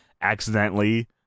accidentally